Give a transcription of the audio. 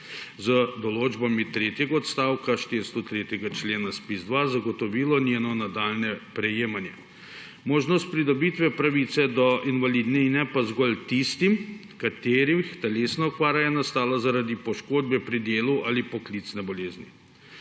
z določbami tretjega odstavka 403. člena ZPIZ-2 zagotovilo njeno nadaljnje prejemanje, možnost pridobitve pravice do invalidnine pa zgolj tistim, katerih telesna okvara je nastala zaradi poškodbe pri delu ali poklicne bolezni.